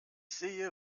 sehe